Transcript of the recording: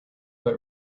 but